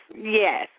yes